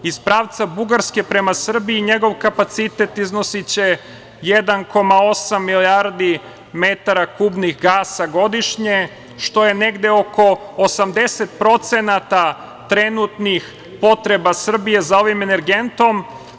Iz pravca Bugarske prema Srbiji, njegov kapacitet iznosiće 1,8 milijardi metara kubnih gasa godišnje, što je negde oko 80% trenutnih potreba Srbije za ovim energentom.